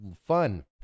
fun